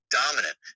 dominant